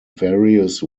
various